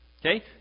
Okay